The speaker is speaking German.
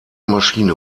maschine